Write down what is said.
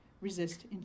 resist